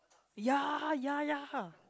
ya ya ya